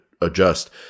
adjust